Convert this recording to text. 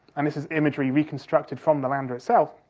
and this is imagery reconstructed from the lander itself,